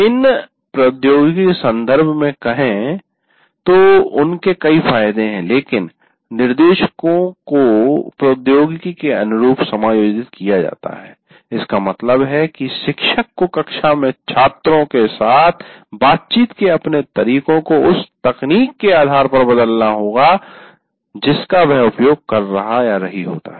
इन प्रौद्योगिकियों के सन्दर्भ में कहे तो उनके कई फायदे हैं लेकिन निर्देशो को प्रौद्योगिकी के अनुरूप समायोजित किया जाता है इसका मतलब है कि शिक्षक को कक्षा में छात्रों के साथ बातचीत के अपने तरीकों को उस तकनीक के आधार पर बदलना होगा जिसका वह उपयोग कर रहारही होता है